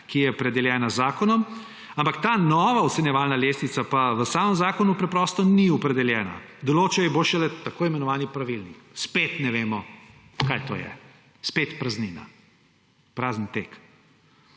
ki je opredeljena z zakonom. Ampak ta nova ocenjevalna lestvica pa v samem zakonu preprosto ni opredeljena, določil jo bo šele tako imenovani pravilnik. Spet ne vemo, kaj to je, spet praznina, prazen tek.